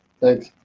thanks